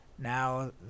Now